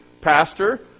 Pastor